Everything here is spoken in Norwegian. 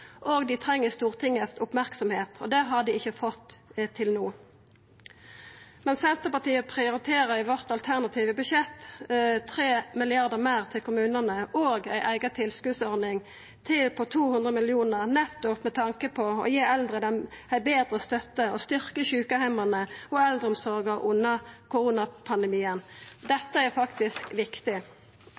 og dei treng Stortingets merksemd. Det har dei ikkje fått til no. Men i det alternative budsjettet vårt prioriterer vi 3 mrd. kr meir til kommunane og ei eiga tilskotsordning på 200 mill. kr, nettopp med tanke på å gi eldre ei betre støtte og styrkja sjukeheimane og eldreomsorga under koronapandemien. Dette er faktisk viktig.